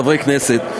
חברי הכנסת,